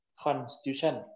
constitution